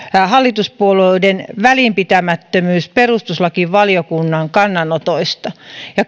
hallituspuolueiden välinpitämättömyys perustuslakivaliokunnan kannanotoista